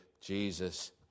Jesus